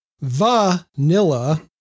vanilla